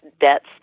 debts